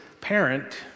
parent